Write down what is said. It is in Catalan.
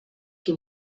qui